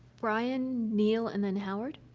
brian, neil, and then howard.